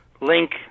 link